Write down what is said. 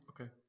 Okay